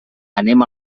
anem